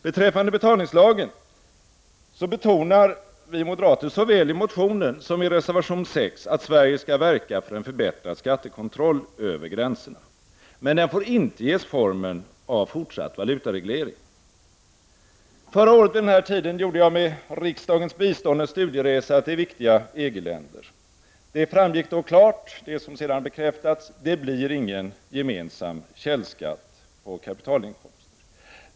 Beträffande betalningslagen betonar vi moderater såväl i motionen som i reservation 6 att Sverige skall verka för förbättrad skattekontroll över gränserna, men den får inte ges formen av fortsatt valutareglering. Förra året vid den här tiden gjorde jag med riksdagens bistånd en studie resa till viktiga EG-länder. Det framgick då klart, vilket sedan har bekräftats, att det inte blir någon gemensam källskatt på kapitalinkomster.